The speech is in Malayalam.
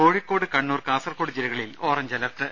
കോഴിക്കോട് കണ്ണൂർ കാസർകോട് ജില്ലകളിൽ ഓറഞ്ച് അലർട്ട്